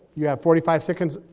you have forty five seconds,